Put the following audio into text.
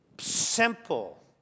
simple